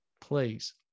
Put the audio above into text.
please